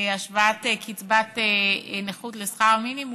השוואת קצבת נכות לשכר מינימום,